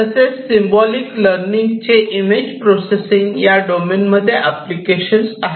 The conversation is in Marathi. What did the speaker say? तसेच सिम्बॉलिक लर्निंग चे इमेज प्रोसेसिंग या डोमेन मध्ये एप्लीकेशन्स आहेत